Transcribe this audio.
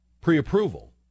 pre-approval